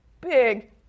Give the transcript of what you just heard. big